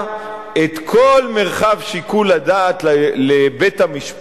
את כל מרחב שיקול הדעת לבית-המשפט,